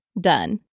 Done